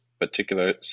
particular